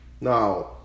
Now